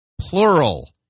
plural